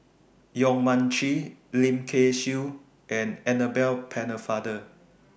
Yong Mun Chee Lim Kay Siu and Annabel Pennefather